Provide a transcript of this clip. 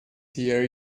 here